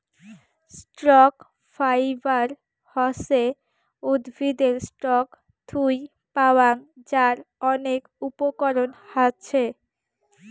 stock fibre হসে উদ্ভিদের stalk থুই পাওয়াং যার অনেক উপকরণ হাছে